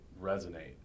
resonate